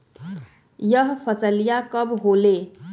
यह फसलिया कब होले?